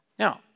Now